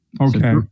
Okay